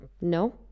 No